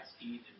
eat